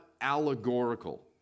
allegorical